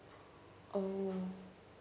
oh